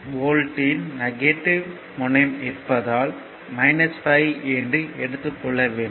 5V யின் negative முனையம் இருப்பதால் 5 என்று எடுத்துக் கொள்ள வேண்டும்